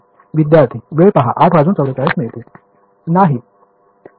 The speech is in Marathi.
विद्यार्थी नाही